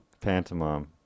Pantomime